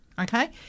okay